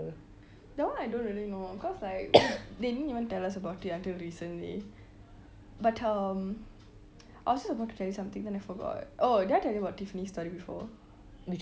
that one I don't really know cause like they didn't even tell us about it until recently but um I was just about to tell you something then I forgot oh did I tell you about tiffany's story before